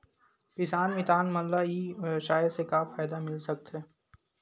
किसान मितान मन ला ई व्यवसाय से का फ़ायदा मिल सकथे?